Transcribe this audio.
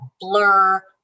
blur